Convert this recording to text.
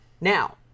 Now